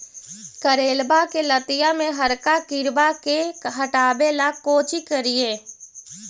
करेलबा के लतिया में हरका किड़बा के हटाबेला कोची करिए?